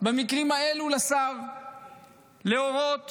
לשר להורות